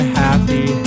happy